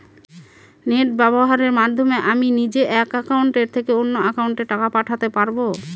Net ব্যবহারের মাধ্যমে আমি নিজে এক অ্যাকাউন্টের থেকে অন্য অ্যাকাউন্টে টাকা পাঠাতে পারব?